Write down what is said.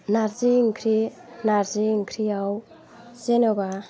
नारजि ओंख्रि नारजि ओंख्रियाव जेनेबा